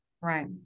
right